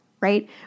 right